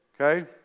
Okay